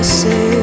say